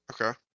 okay